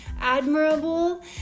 admirable